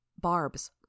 barbs